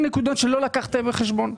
יש המון נקודות שלא לקחתם בחשבון.